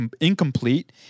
incomplete